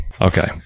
Okay